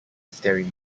theory